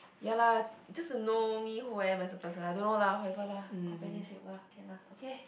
ya lah just to know who I am as a person I don't know lah whoever lah companionship lah can lah okay